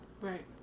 Right